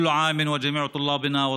כל שנה וכל תלמידינו,